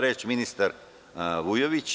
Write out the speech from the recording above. Reč ima ministar Vujović.